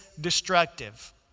destructive